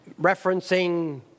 referencing